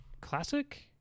Classic